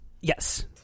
Yes